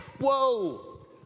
whoa